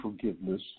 forgiveness